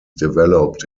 developed